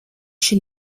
chez